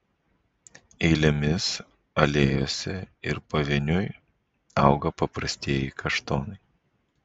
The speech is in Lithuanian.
eilėmis alėjose ir pavieniui auga paprastieji kaštonai